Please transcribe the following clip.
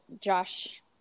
Josh